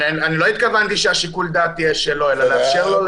אני לא התכוונתי ששיקול הדעת יהיה שלו אלא לאפשר לו.